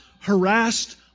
harassed